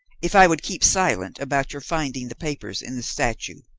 if i would keep silent about your finding the papers in the statue.